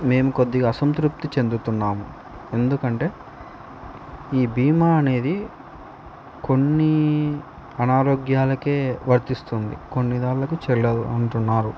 మేము కొద్దిగా అసంతృప్తి చెందుతున్నాము ఎందుకంటే ఈ భీమా అనేది కొన్ని అనారోగ్యాలకే వర్తిస్తుంది కొన్నింటికి చెల్లదు అంటున్నారు